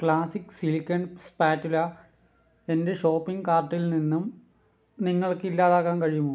classic silicone spatula എന്റെ shopping കാർട്ടിൽ നിന്നും നിങ്ങൾക്ക് ഇല്ലാതാക്കാൻ കഴിയുമോ